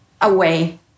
away